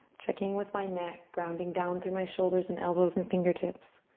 checking with my neck, grounding down through my shoulders, and elbows, and fingertips.